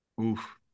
Oof